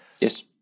Yes